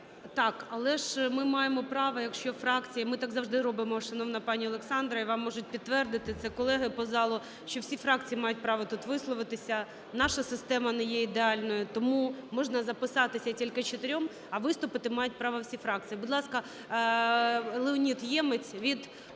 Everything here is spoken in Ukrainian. так. Але ж ми маємо право, якщо фракція, ми так завжди робимо, шановна пані Олександра, і вам можуть підтвердити це колеги по залу, що всі фракції мають право тут висловитись. Наша система не є ідеальною, тому можна записатися тільки чотирьом, а виступити мають право всі фракції. Будь ласка, Леонід Ємець від